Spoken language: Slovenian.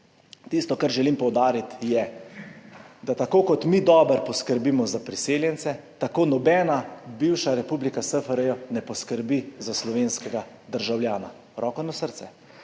Tisto, kar želim poudariti, je, da tako kot mi dobro poskrbimo za priseljence, tako nobena bivša republika SFRJ ne poskrbi za slovenskega državljana, roko na srce.